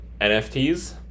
NFTs